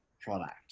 product